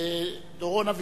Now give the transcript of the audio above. הכנסת דורון אביטל.